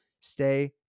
Stay